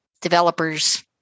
developers